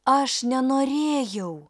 aš nenorėjau